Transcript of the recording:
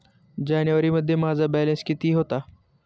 जानेवारीमध्ये माझा बॅलन्स किती होता?